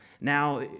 Now